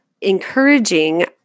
encouraging